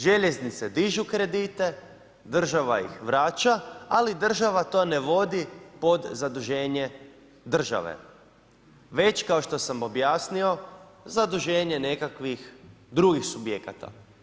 Željeznice dižu kredite, država ih vraća, ali država to ne vodi pod zaduženje države, već kao što sam objasnio, zaduženje nekakvih drugih subjekata.